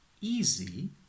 easy